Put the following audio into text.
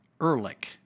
Ehrlich